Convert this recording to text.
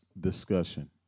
discussion